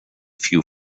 few